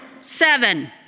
seven